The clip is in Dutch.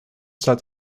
staat